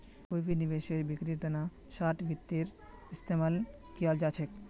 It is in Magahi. कोई भी निवेशेर बिक्रीर तना शार्ट वित्तेर इस्तेमाल कियाल जा छेक